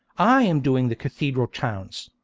i am doing the cathedral towns.